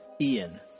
Ian